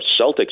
Celtics